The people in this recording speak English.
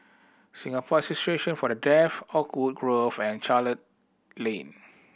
Singapore Association For The Deaf Oakwood Grove and Charlton Lane